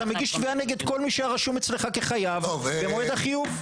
אתה מגיש תביעה נגד כל מי שהיה רשום אצלך כחייב במועד החיוב.